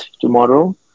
tomorrow